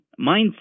mindset